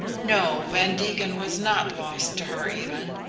no, van degen was not lost to her even!